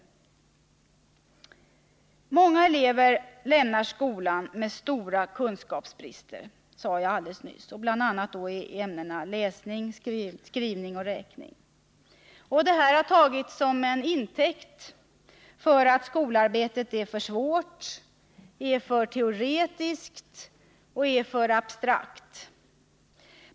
Jag sade nyss att många elever lämnar skolan med stora kunskapsbrister, bl.a. i läsning, skrivning och räkning. Detta har tagits till intäkt för att skolarbetet är för svårt, för teoretiskt och för abstrakt.